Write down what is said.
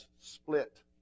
split